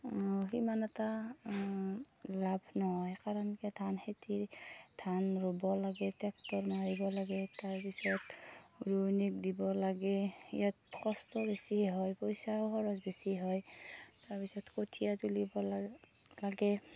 সিমান এটা লাভ নহয় কাৰণ এতিয়া ধানখেতিৰ ধান ৰুব লাগে ট্ৰেক্টৰ মাৰিব লাগে তাৰপিছত ৰোৱনীক দিব লাগে ইয়াত কষ্টও বেছিয়ে হয় পইচাও খৰচ বেছি হয় তাৰপিছত কঠিয়া তুলিব লা লাগে